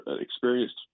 experienced